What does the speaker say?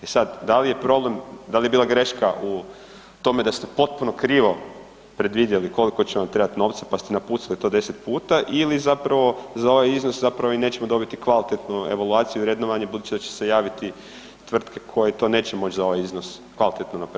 E sad, da li je problem, da li je bila greška u tome da ste potpuno krivo predvidjeli koliko će vam trebati novca pa ste napucali to 10 puta ili zapravo za ovaj iznos zapravo i nećemo dobiti kvalitetnu evaluaciju i vrednovanje budući da će se javiti tvrtke koje to neće moći za ovaj iznos kvalitetno napraviti?